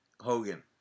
Hogan